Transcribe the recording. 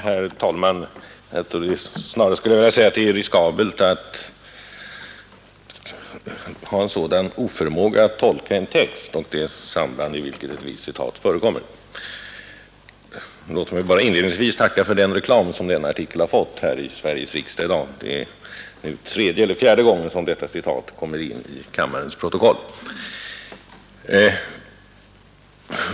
Herr talman! Jag skulle snarare vilja säga att det är riskabelt att ha en sådan oförmåga att tolka en text och det sammanhang i vilket ett visst citat förekommer. Låt mig bara inledningsvis tacka för den reklam som min artikel har fått i Sveriges riksdag i dag. Det är tredje eller fjärde gången som detta citat kommer in i kammarens protokoll.